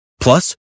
Plus